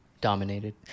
Dominated